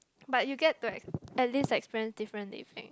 but you get to ex~ at least experience different living